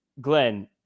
Glenn